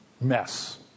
mess